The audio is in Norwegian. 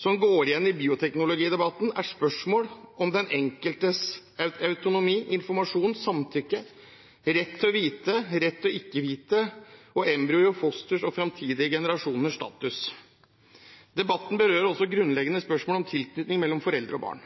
som går igjen i bioteknologidebatten, er spørsmål om den enkeltes autonomi, informasjon, samtykke, rett til å vite, rett til ikke å vite og embryoers, fosters og framtidige generasjoners status. Debatten berører også grunnleggende spørsmål om tilknytningen mellom foreldre og barn.